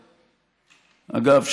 אגב,